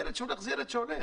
ילד שהולך זה ילד הולך.